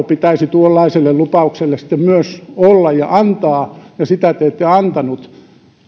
pitäisi tuollaiselle lupaukselle sitten myös olla ja antaa ja sitä te te ette antanut